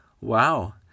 Wow